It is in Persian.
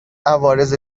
عوارض